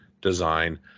design